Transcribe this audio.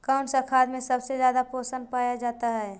कौन सा खाद मे सबसे ज्यादा पोषण पाया जाता है?